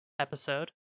episode